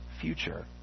future